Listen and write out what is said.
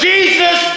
Jesus